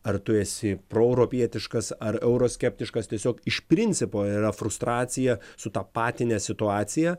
ar tu esi proeuropietiškas ar euroskeptiškas tiesiog iš principo yra frustracija sutapatinęs situaciją